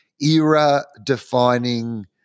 era-defining